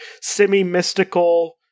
semi-mystical